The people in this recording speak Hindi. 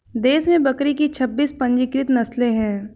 देश में बकरी की छब्बीस पंजीकृत नस्लें हैं